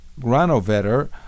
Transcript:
Granovetter